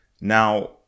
now